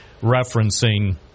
referencing